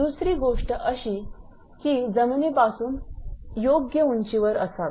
दुसरी गोष्ट अशी की जमिनीपासून योग्य उंचीवर असावे